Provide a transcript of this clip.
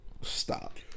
Stop